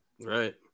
right